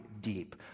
Deep